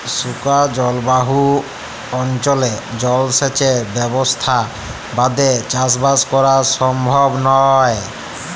শুখা জলভায়ু অনচলে জলসেঁচের ব্যবসথা বাদে চাসবাস করা সমভব লয়